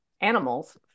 animals